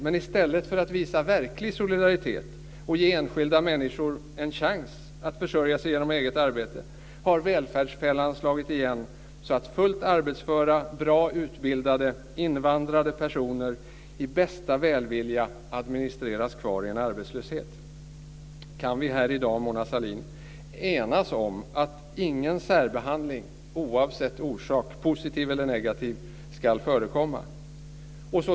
Men i stället för att visa verklig solidaritet och ge enskilda människor en chans att försörja sig genom eget arbete har välfärdsfällan slagit igen så att fullt arbetsföra, bra utbildade invandrade personer i bästa välvilja administreras kvar i arbetslöshet. Kan vi här i dag, Mona Sahlin, enas om att ingen särbehandling oavsett orsak, positiv eller negativ, ska förekomma?